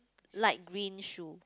light green shoe